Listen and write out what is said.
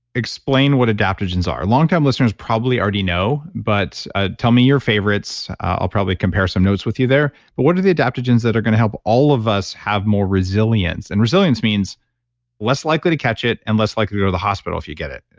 explain what adaptogens are? longtime listeners probably already know. but ah tell me your favorites. i'll probably compare some notes with you there. but what are the adaptogens that are going to help all of us have more resilience? and resilience means less likely to catch it and less likely to go to the hospital if you get it,